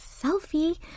selfie